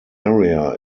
area